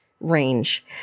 range